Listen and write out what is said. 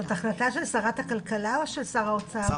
זו החלטה של שרת הכלכלה או של שר האוצר?